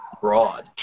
broad